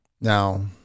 Now